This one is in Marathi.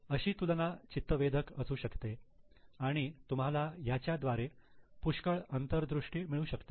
अशी तुलना चित्तवेधक असू शकते आणि तुम्हाला यांच्या द्वारे पुष्कळ अंतर् दृष्टी मिळू शकेल